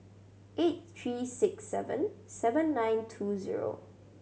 eight three six seven seven nine two zero